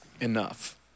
enough